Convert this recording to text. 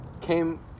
came